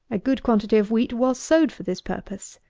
a good quantity of wheat was sowed for this purpose.